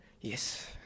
Yes